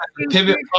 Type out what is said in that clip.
Pivot